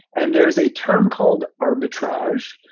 and there's a term called arbitrage,